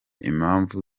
impamvu